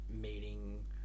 meeting